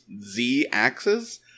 Z-axis